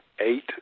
eight